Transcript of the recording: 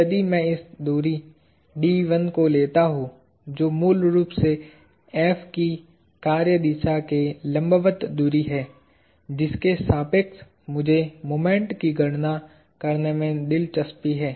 यदि मैं इस दूरी d1 को लेता हूं जो मूल रूप से F की कार्य दिशा के लंबवत दूरी है जिसके सापेक्ष मुझे मोमेंट की गणना करने में दिलचस्पी है